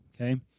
Okay